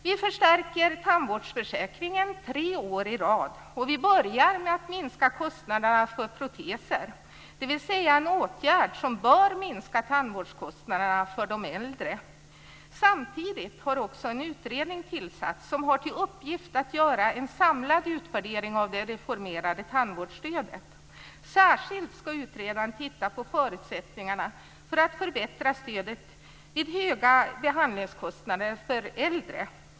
Vi förstärker tandvårdsförsäkringen tre år i rad och börjar med att minska kostnaderna för proteser, dvs. en åtgärd som bör minska tandvårdskostnaderna för de äldre. Samtidigt har också en utredning tillsatts som har till uppgift att göra en samlad utvärdering av det reformerade tandvårdsstödet. Särskilt ska utredaren titta på förutsättningarna för att förbättra stödet vid höga behandlingskostnader för äldre.